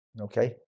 Okay